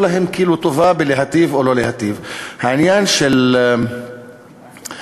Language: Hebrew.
להם כאילו טובה בלהטיב או לא להטיב.